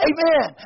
Amen